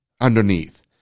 underneath